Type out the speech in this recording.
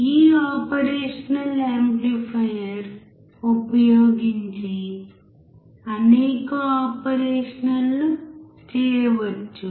ఈ operational amplifier ఉపయోగించి అనేక ఆపరేషన్లు చేయవచ్చు